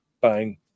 bang